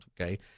okay